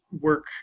work